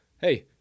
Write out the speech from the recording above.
hey